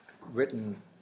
written